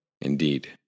Indeed